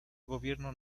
gobierno